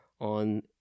on